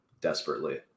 desperately